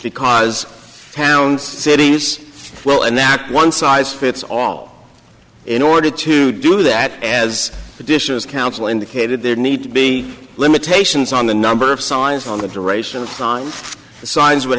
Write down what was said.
cities well and that one size fits all in order to do that as the dishes council indicated there need to be limitations on the number of signs on the duration of time the signs would